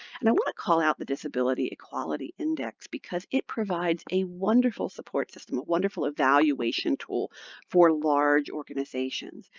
and i want to call out the disability equality index because it provides a wonderful support system, a wonderful evaluation tool for large organizations.